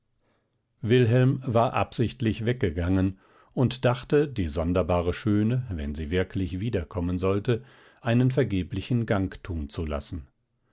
wilhelm war absichtlich weggegangen und dachte die sonderbare schöne wenn sie wirklich wiederkommen sollte einen vergeblichen gang tun zu lassen